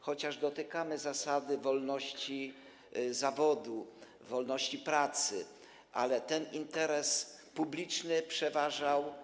Chociaż dotykamy zasad wolności zawodu, wolności pracy, ten interes publiczny przeważał.